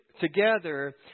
together